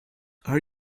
are